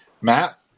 Matt